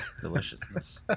deliciousness